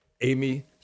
Amy